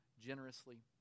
generously